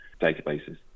databases